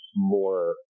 more